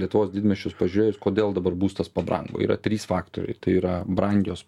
lietuvos didmiesčius pažiūrėjus kodėl dabar būstas pabrango yra trys faktoriai tai yra brangios